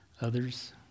others